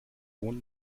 wohnt